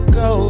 go